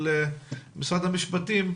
של משרד המשפטים.